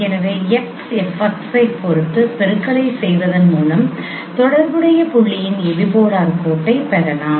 எனவே x F x ஐப் பொறுத்து பெருக்கலைச் செய்வதன் மூலம் தொடர்புடைய புள்ளியின் எபிபோலார் கோட்டைப் பெறலாம்